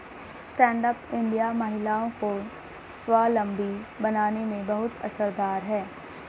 stand up India महिलाओं को स्वावलम्बी बनाने में बहुत असरदार है